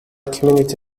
community